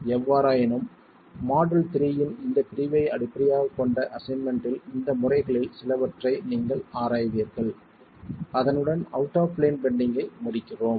எவ்வாறாயினும் மாடுல் 3 இன் இந்த பிரிவை அடிப்படையாகக் கொண்ட அசைன்மென்ட் இல் இந்த முறைகளில் சிலவற்றை நீங்கள் ஆராய்வீர்கள் அதனுடன் அவுட் ஆஃப் பிளேன் பெண்டிங்கை முடிக்கிறோம்